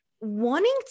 wanting